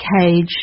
cage